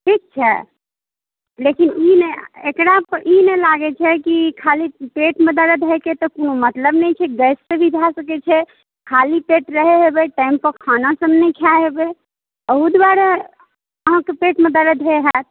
ठीक छै लेकिन ई नहि एकरापर ई नहि लागै छै कि खाली पेटमे दरद होइके तऽ कोनो मतलब नहि छै गैससँ भी भऽ सकै छै खाली पेट रहै हेबै टाइमपर खानासब नहि खाइ हेबै आओर अहू दुआरे अहाँके पेटमे दरद होइ हैत